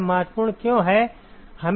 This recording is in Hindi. यह महत्वपूर्ण क्यों है